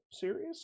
series